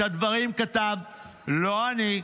את הדברים כתב לא אני,